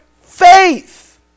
Faith